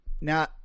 Now